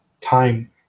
time